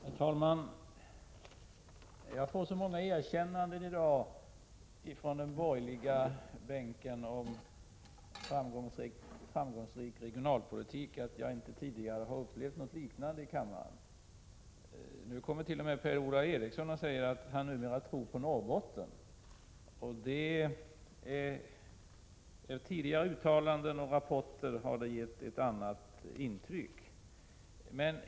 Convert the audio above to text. Herr talman! Jag får så många erkännanden för en framgångsrik regionalpolitik i dag från de borgerliga företrädarna att jag inte tidigare har upplevt något liknande i kammaren. Nu säger t.o.m. Per-Ola Eriksson att han numera tror på Norrbotten. Tidigare uttalanden och rapporter har givit ett annat intryck.